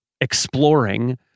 exploring